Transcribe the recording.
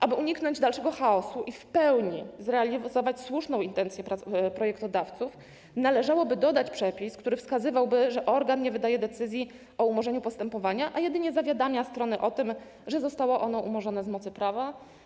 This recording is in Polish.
Aby uniknąć dalszego chaosu i w pełni zrealizować słuszną intencję projektodawców, należałoby dodać przepis, który wskazywałby, że organ nie wydaje decyzji o umorzeniu postępowania, a jedynie zawiadamia strony o tym, że zostało ono umorzone z mocy prawa.